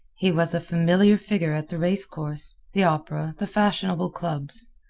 he was a familiar figure at the race course, the opera, the fashionable clubs.